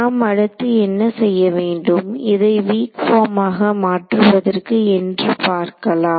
நாம் அடுத்து என்ன செய்ய வேண்டும் இதை வீக் பார்மாக மாற்றுவதற்கு என்று பார்க்கலாம்